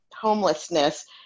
homelessness